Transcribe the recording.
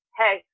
hey